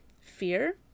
fear